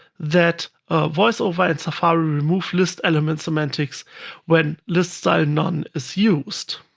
that voiceover and safari remove list element semantics when list-style none is used.